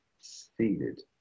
seated